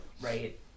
right